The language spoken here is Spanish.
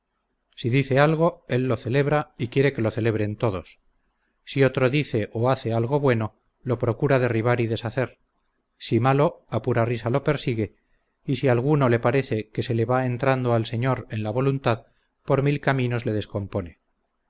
si dice algo él lo celebra y quiere que se lo celebren todos si otro dice o hace algo bueno lo procura derribar y deshacer si malo a pura risa lo persigue y si alguno le parece que se le va entrando al señor en la voluntad por mil caminos le descompone